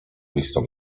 listom